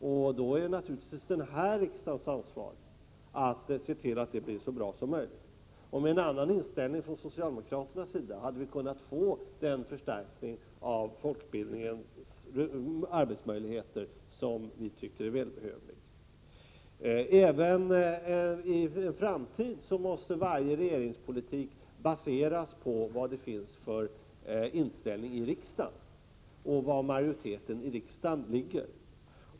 Därför är det naturligtvis den här riksdagens ansvar att se till att de blir så bra som möjligt. Med en annan inställning från socialdemokraternas sida hade vi kunnat få den förstärkning av folkbildningens arbetsmöjligheter som vi tycker är välbehövlig. Även i en framtid måste varje regerings politik baseras på riksdagens inställning och på hur majoriteten i riksdagen ser ut.